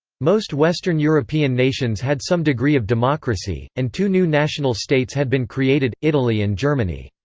most western european nations had some degree of democracy, and two new national states had been created, italy and germany.